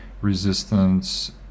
resistance